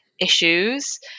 issues